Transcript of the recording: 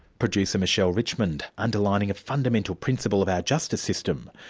producer michelle richmond, underlining a fundamental principle of our justice system,